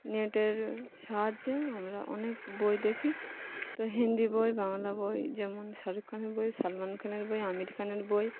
নেটের সাহায্যে আমরা অনেক বই দেখি তো হিন্দি বই বাংলা বই যেমন শাহরুখ খানের বই সালমান খানের বই আমির খানের বই